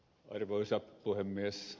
arvoisa puhemies